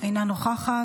אינה נוכחת.